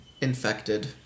infected